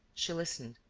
she listened,